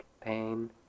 pain